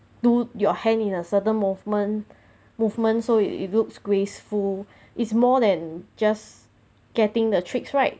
do your hand in a certain movement movements so it looks graceful is more than just getting the tricks right